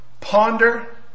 ponder